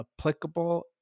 applicable